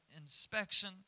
inspection